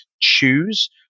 choose